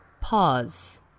pause